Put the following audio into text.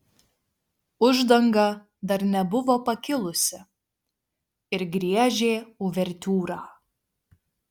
uždanga dar nebuvo pakilusi ir griežė uvertiūrą